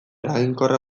eraginkorra